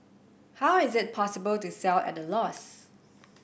how is it possible to sell at a loss